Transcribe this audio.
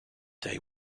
day